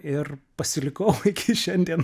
ir pasilikau iki šiandien